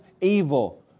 evil